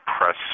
press